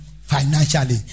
financially